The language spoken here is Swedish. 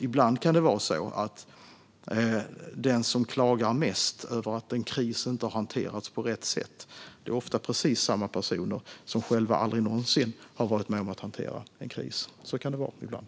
Ibland kan det vara så att de som klagar mest över att en kris inte har hanterats på rätt sätt är precis samma personer som själva aldrig någonsin har varit med om att hantera en kris. Så kan det vara ibland.